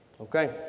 Okay